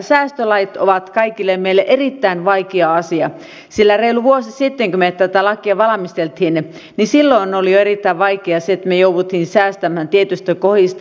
säästölait ovat kaikille meille erittäin vaikea asia sillä reilu vuosi sitten kun me tätä lakia valmistelimme oli jo erittäin vaikeaa se että me jouduimme säästämään tietyistä kohdista